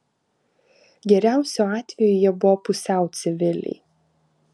geriausiu atveju jie buvo pusiau civiliai